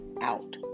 out